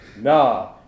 nah